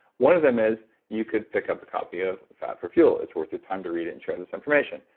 one of them is you could pick up a copy of fat for fuel, it's worth your time to read it, and share this information.